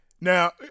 Now